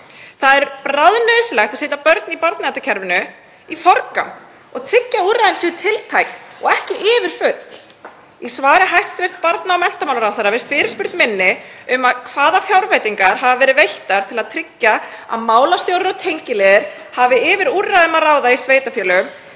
Það er bráðnauðsynlegt að setja börn í barnaverndarkerfinu í forgang og tryggja að úrræðin séu tiltæk og ekki yfirfull. Í svari hæstv. barna- og menntamálaráðherra við fyrirspurn minni um hvaða fjárveitingar hafa verið veittar til að tryggja að málastjórar og tengiliðir hafi yfir úrræðum að ráða í sveitarfélögum